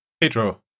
Pedro